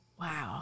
Wow